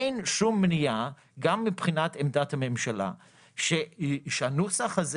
אין שום מניעה גם מבחינת עמדת הממשלה שהנוסח הזה